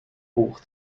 buch